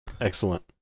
Excellent